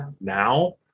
now